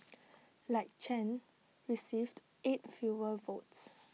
like Chen received eight fewer votes